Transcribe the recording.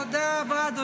תודה רבה.